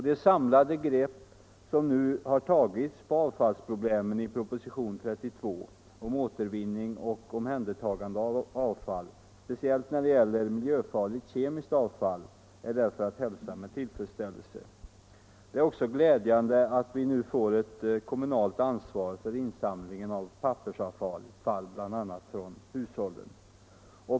Det samlade grepp på avfallsproblemen som nu har tagits i propositionen 32 om återvinning och omhändertagande av avfall, speciellt när det gäller miljöfarligt kemiskt avfall, är därför att hälsa med tillfredsställelse. Det är också glädjande att vi nu får ett kommunalt ansvar för insamlingen av pappersavfall, bl.a. från hushållen.